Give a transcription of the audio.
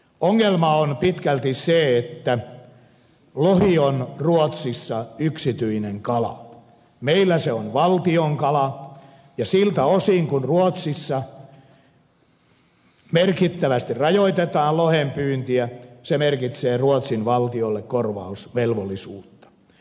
ongelma on pitkälti se että lohi on ruotsissa yksityinen kala meillä se on valtion kala ja siltä osin kuin ruotsissa merkittävästi rajoitetaan lohenpyyntiä se merkitsee ruotsin valtiolle kor vausvelvollisuutta